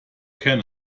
can